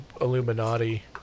Illuminati